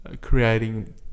creating